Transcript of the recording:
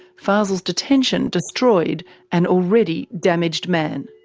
fazel's detention destroyed an already damaged man.